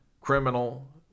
criminal